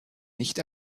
nicht